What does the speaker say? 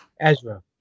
Ezra